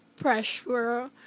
pressure